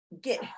get